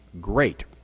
great